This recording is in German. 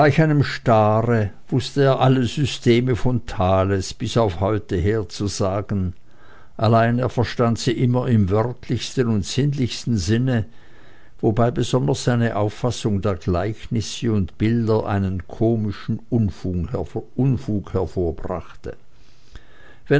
einem stare wußte er alle systeme von thales bis auf heute herzusagen allein er verstand sie immer im wörtlichsten und sinnlichsten sinn wobei besonders seine auffassung der gleichnisse und bilder einen komischen unfug hervorbrachte